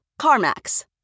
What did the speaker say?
CarMax